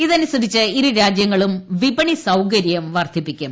ഇതനുസരിച്ച് ഇരു രാജ്യങ്ങളും വിപണി സൌകര്യം വർദ്ധിപ്പിക്കും